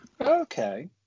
Okay